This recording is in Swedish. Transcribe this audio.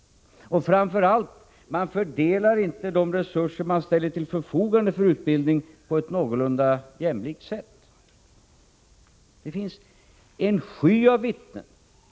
Och framför allt: Man fördelar inte de resurser som ställs till förfogande för utbildning på ett någorlunda jämlikt sätt. Det finns en sky av vittnen.